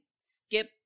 skip